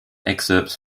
excerpts